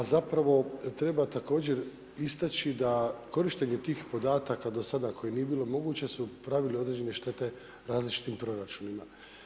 A zapravo treba također istači da korištenje tih podataka do sada koje nije bilo moguće su pravile određene štete različitim proračunima.